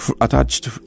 attached